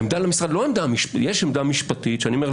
יש עמדה משפטית שאני אומר,